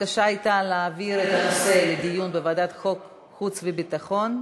הבקשה הייתה להעביר את הנושא לדיון בוועדת חוץ וביטחון.